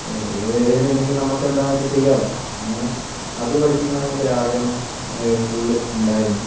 വരുന്നില്ലെങ്കിൽ നമ്മൾക്ക് എന്താ വച്ചാൽ ചെയ്യാമല്ലോ അങ്ങനെ അത് പഠിപ്പിക്കണം എന്ന് എനിക്കൊരു ആഗ്രഹം സ്കൂളിൽ ഉണ്ടായിരുന്നു